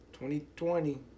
2020